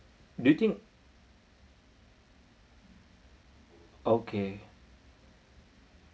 do you think okay